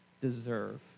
deserve